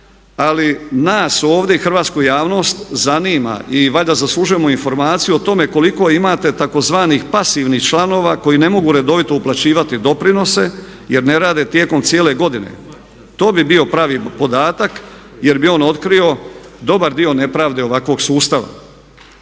ali nas ovdje i hrvatsku javnost zanima i valjda zaslužujemo informaciju o tome koliko imate tzv. pasivnih članova koji ne mogu redovito uplaćivati doprinose jer ne rade tijekom cijele godine. To bi bio pravi podatak jer bi on otkrio dobar dio nepravde ovakvog sustava.